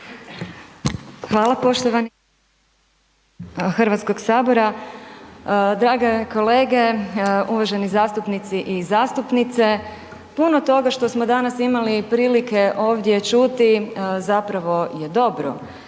Hvala poštovani …/Govornik se ne razumije/…HS, drage kolege, uvaženi zastupnici i zastupnice. Puno toga što smo danas imali prilike ovdje čuti zapravo je dobro